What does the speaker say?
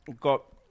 got